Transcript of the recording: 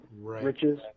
riches